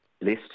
list